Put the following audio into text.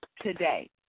today